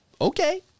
okay